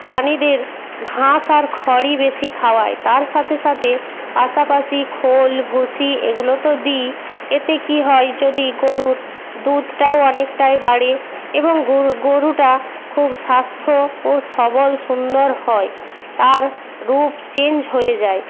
প্রাণীদের ঘাস আর খড়ই বেশি খাওয়াই তার সাথে সাথে পাশাপাশি খোল ভুসি এগুলো তো দিই এতে কী হয় যদি গোরুর দুধটাও অনেকটাই বাড়ে এবং গোরু গোরুটা খুব স্বাস্থ্য ও সবল সুন্দর হয় তার রূপ চেঞ্জ হয়ে যায়